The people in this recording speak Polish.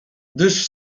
gdyż